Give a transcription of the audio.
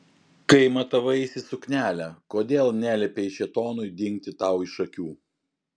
kai matavaisi suknelę kodėl neliepei šėtonui dingti tau iš akių